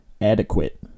adequate